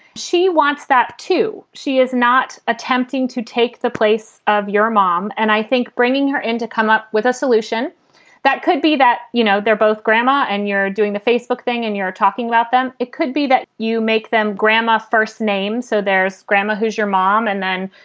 she wants that, too. she is not attempting to take the place of your mom. and i think bringing her into come up with a solution that could be that, you know, they're both grandma and you're doing the facebook thing and you're talking about them. it could be that you make them grandma first names. so there's grandma, who's your mom, and then,